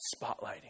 spotlighting